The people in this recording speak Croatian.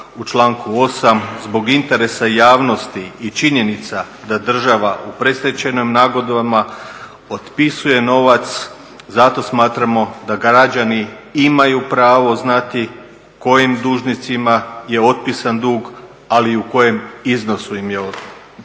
u članku 8.zbog interesa javnosti i činjenica da država u predstečajnim nagodbama otpisuje novac zato smatramo da građani imaju pravo znati kojim dužnicima je otpisan dug ali u kojem iznosu im je otpisan